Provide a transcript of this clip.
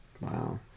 Wow